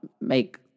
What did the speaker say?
make –